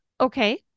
Okay